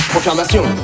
Confirmation